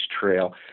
trail